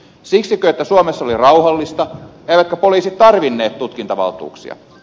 siksikö että suomessa oli rauhallista eivätkä poliisit tarvinneet tutkintavaltuuksia